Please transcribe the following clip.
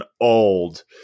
old